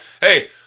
Hey